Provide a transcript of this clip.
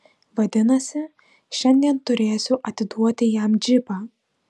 vadinasi šiandien turėsiu atiduoti jam džipą